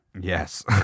yes